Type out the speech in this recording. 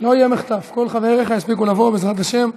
לא יהיה מחטף, כל חבריך יספיקו לבוא, בעזרת השם.